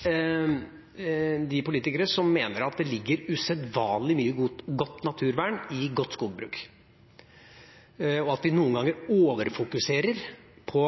de politikere som mener at det ligger usedvanlig mye godt naturvern i godt skogbruk, og at vi noen ganger overfokuserer på